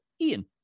Ian